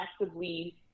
actively